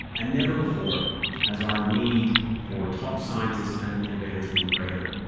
and never before has our need for top scientists and innovators been greater.